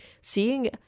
seeing